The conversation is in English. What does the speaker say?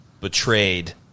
betrayed